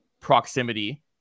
proximity